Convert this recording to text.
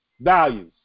values